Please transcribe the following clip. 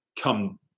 come